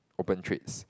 open trades